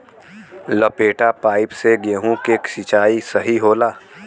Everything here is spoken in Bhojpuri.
लपेटा पाइप से गेहूँ के सिचाई सही होला?